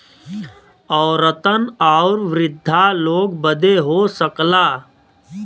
औरतन आउर वृद्धा लोग बदे हो सकला